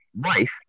life